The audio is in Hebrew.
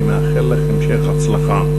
אני מאחל לך המשך הצלחה.